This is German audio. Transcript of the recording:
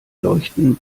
leuchten